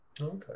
Okay